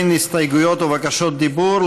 אין הסתייגויות או בקשות דיבור,